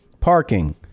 Parking